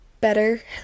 better